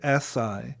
Si